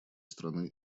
страны